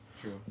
True